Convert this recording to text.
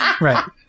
Right